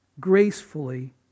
gracefully